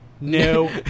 No